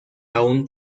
aún